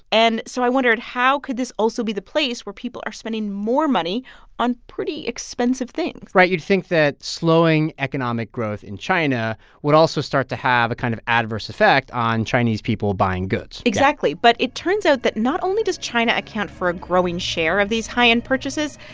and so i wondered, how could this also be the place where people are spending more money on pretty expensive things? right. you'd think that slowing economic growth in china would also start to have a kind of adverse effect on chinese people buying goods exactly. but it turns out that not only does china account for a growing share of these high-end purchases,